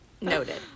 noted